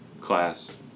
class